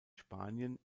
spanien